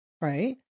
right